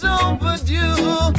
overdue